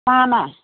तामा